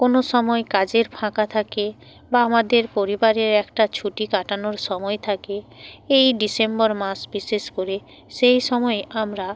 কোনো সময় কাজের ফাঁকা থাকে বা আমাদের পরিবারে একটা ছুটি কাটানোর সময় থাকে এই ডিসেম্বর মাস বিশেষ করে সেই সময় আমরা